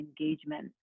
engagement